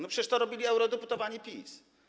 No przecież to robili eurodeputowani PiS.